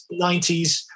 90s